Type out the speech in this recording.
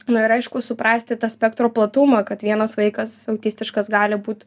na ir aišku suprasti tą spektro platumą kad vienas vaikas autistiškas gali būt